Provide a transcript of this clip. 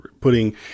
putting